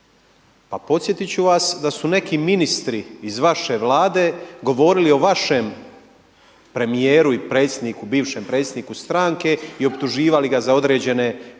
Pa podsjetit ću vas da su neki ministri iz vaše Vlade govorili o vašem premijeru i predsjedniku, bivšem predsjedniku stranke i optuživali ga za određene kriminalne